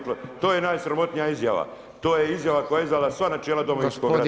To je najsramotnija izjava, to je izjava koja je izdala sva načela Domovinskog rata.